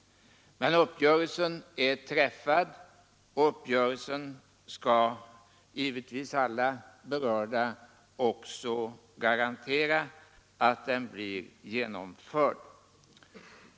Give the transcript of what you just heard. Men uppgörelsen är träffad, och alla berörda skall givetvis garantera att den blir genomförd.